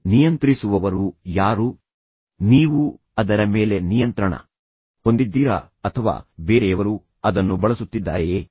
ನೀವು ಏನನ್ನಾದರೂ ಹಾಕಿದ್ದೀರಿ ಆದರೆ ನೀವು ಅದರ ಮೇಲೆ ನಿಯಂತ್ರಣ ಹೊಂದಿದ್ದೀರಾ ಅಥವಾ ಬೇರೆಯವರು ಅದನ್ನು ಬಳಸುತ್ತಿದ್ದಾರೆಯೇ